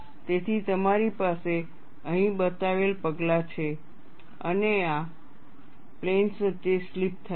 તેથી તમારી પાસે અહીં બતાવેલ પગલાં છે અને આ પ્લેનસ વચ્ચે સ્લિપ થાય છે